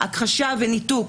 הכחשה וניתוק,